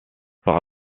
par